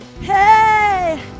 Hey